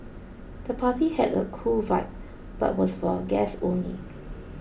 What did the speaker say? the party had a cool vibe but was for guests only